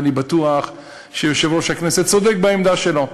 ואני בטוח שיושב-ראש הכנסת צודק בעמדה שלו.